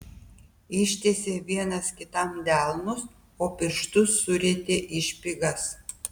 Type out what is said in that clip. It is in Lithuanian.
ištiesė vienas kitam delnus o pirštus surietė į špygas